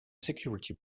security